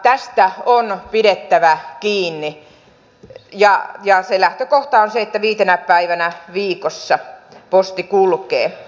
tästä on pidettävä kiinni ja se lähtökohta on se että viitenä päivänä viikossa posti kulkee